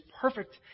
perfect